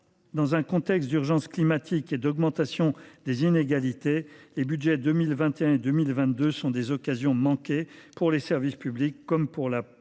Dans un contexte d’urgence climatique et d’augmentation des inégalités, les budgets de 2021 et 2022 ont été des occasions manquées, pour les services publics comme pour la transition.